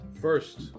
first